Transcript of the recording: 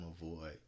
avoid